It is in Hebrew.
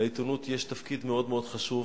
לעיתונות יש תפקיד מאוד מאוד חשוב